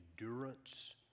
endurance